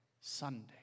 Sunday